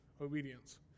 obedience